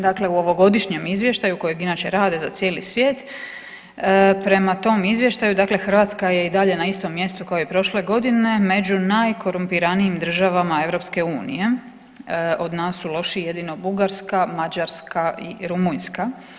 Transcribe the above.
Dakle u ovogodišnjem izvještaju kojeg inače rade za cijeli svijet, prema tom izvještaju Hrvatska je i dalje na istom mjestu kao i prošle godine, među najkorumpiranijim državama EU, od nas su lošiji Bugarska, Mađarska i Rumunjska.